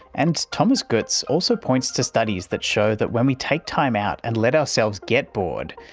and thomas goetz also points to studies that show that when we take time out and let ourselves get bored,